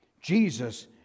Jesus